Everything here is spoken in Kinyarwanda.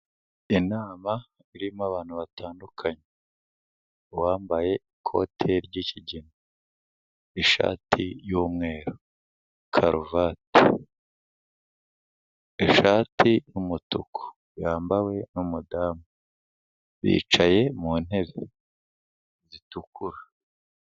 Inama irimo abantu batandukanye, uwambaye ikote ry'ikigina, ishati y'umweru, karuvati, ishati y'umutuku yambawe n'umudamu, bicaye mu ntebe zitukura.